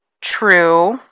true